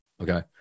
Okay